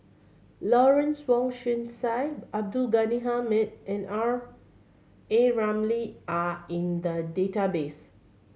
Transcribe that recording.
Lawrence Wong Sai Abdul Ghani Hamid and R A Ramli are in the database